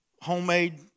homemade